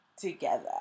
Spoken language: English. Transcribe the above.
together